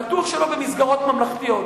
בטוח שלא במסגרות ממלכתיות,